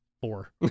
four